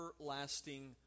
everlasting